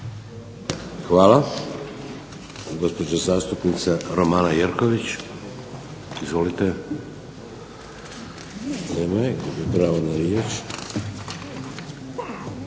Hvala. Gospođa zastupnica Romana Jerković. Izvolite. Nema je. Gubi pravo na riječ.